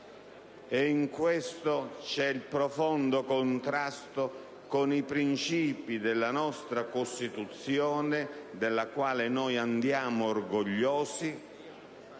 E in questo c'è il profondo contrasto con i principi della nostra Costituzione, della quale noi andiamo orgogliosi: